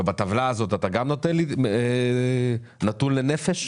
ובטבלה הזאת אתה גם נותן נתון לנפש.